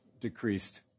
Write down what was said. decreased